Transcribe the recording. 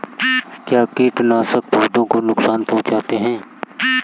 क्या कीटनाशक पौधों को नुकसान पहुँचाते हैं?